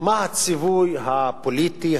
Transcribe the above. מה הציווי הפוליטי,